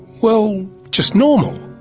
well just normal.